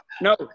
no